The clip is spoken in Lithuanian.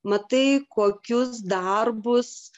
matai kokius darbus